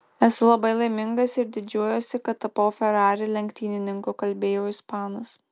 esu labai laimingas ir didžiuojuosi kad tapau ferrari lenktynininku kalbėjo ispanas